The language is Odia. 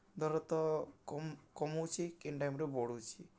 ଦର ତ କମୁଛି କେନ୍ ଟାଇମ୍ରେ ବଢ଼ୁଛି